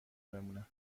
بمونم